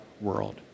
world